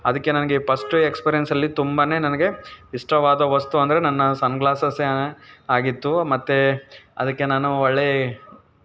ಅದಕ್ಕೆ ನನಗೆ ಪಸ್ಟ್ ಎಕ್ಸ್ಪೀರಿಯನ್ಸ್ಲ್ಲಿ ತುಂಬಾ ನನಗೆ ಇಷ್ಟವಾದ ವಸ್ತು ಅಂದರೆ ನನ್ನ ಸನ್ ಗ್ಲಾಸ್ಸ್ಸೇ ಆಗಿತ್ತು ಮತ್ತು ಅದಕ್ಕೆ ನಾನು ಒಳ್ಳೆ